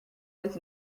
with